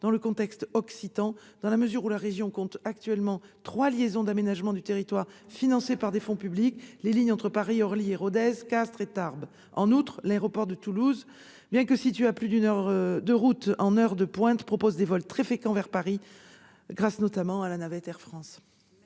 dans le contexte occitan, dans la mesure où la région compte actuellement trois liaisons d'aménagement du territoire financées par des fonds publics, à savoir les lignes entre Paris-Orly et Rodez, Castres et Tarbes. En outre, l'aéroport de Toulouse, bien que situé à plus d'une heure de route en heure de pointe, propose des vols très fréquents vers Paris, grâce, notamment, à la navette Air France.